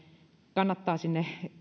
kannattaa sinne